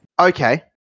Okay